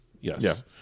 yes